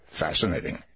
fascinating